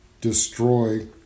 destroy